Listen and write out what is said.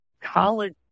college